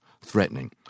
threatening